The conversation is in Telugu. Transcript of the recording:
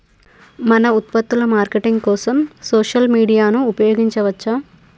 మన ఉత్పత్తుల మార్కెటింగ్ కోసం సోషల్ మీడియాను ఉపయోగించవచ్చా?